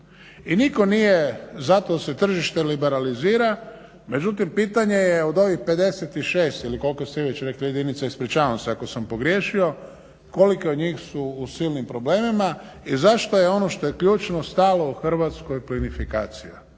I nitko nije, zato se tržište liberalizira, međutim, pitanje je od ovih 56 ili koliko ste već rekli jedinica, ispričavam se ako sam pogriješio, koliki od njih su u silnim problemima. I zašto je ono što je ključno stalo u Hrvatskoj plinofikacija.